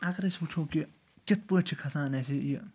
اگر أسۍ وٕچھو کہِ کِتھ پٲٹھۍ چھِ کھَسان اَسہِ یہِ